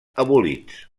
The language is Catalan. abolits